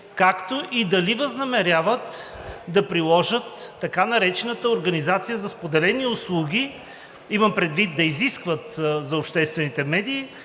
както и дали възнамеряват да приложат така наречената организация за споделени услуги? Имам предвид да изискват за обществените медии